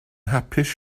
hapus